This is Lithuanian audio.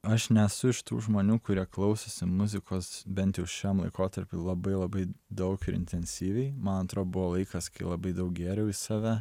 aš nesu iš tų žmonių kurie klausosi muzikos bent jau šiam laikotarpy labai labai daug ir intensyviai man atrodo buvo laikas kai labai daug gėriau į save